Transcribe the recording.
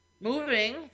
moving